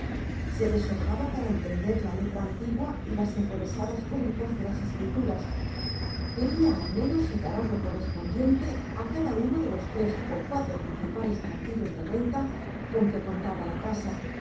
se desojaba para entender la letra antigua y las enrevesadas rúbricas de las escrituras quería al menos separar lo correspondiente a cada uno de los tres o cuatro principales partidos de renta con que contaba la casa